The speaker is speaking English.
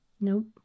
Nope